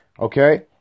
Okay